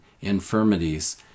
infirmities